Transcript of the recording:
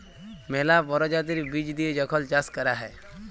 ম্যালা পরজাতির বীজ দিঁয়ে যখল চাষ ক্যরা হ্যয়